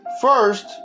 First